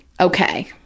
okay